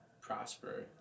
prosper